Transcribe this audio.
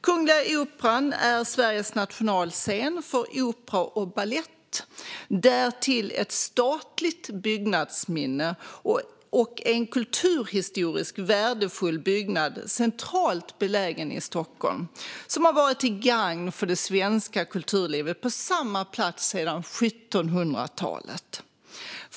Kungliga Operan är Sveriges nationalscen för opera och balett, därtill ett statligt byggnadsminne och en kulturhistoriskt värdefull byggnad centralt belägen i Stockholm, som har varit till gagn för det svenska kulturlivet på samma plats sedan 1700-talet.